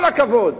כל הכבוד.